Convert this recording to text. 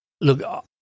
look